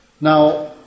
Now